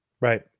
Right